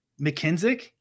McKinsey